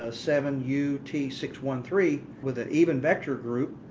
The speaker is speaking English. ah seven u t six one three with an even vector group,